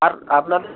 আর আপনার